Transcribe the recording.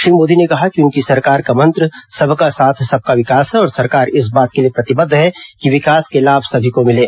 श्री मोदी ने कहा कि उनकी सरकार का मंत्र सबका साथ सबका विकास है और सरकार इस बात के लिए प्रतिबद्ध है कि विकास के लाभ सभी को मिलें